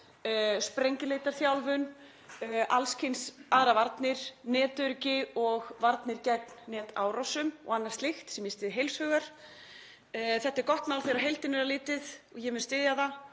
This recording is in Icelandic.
sprengjuleitarþjálfun, alls kyns aðrar varnir, netöryggi og varnir gegn netárásum og annað slíkt, sem ég styð heils hugar. Þetta er gott mál þegar á heildina er litið og ég mun styðja það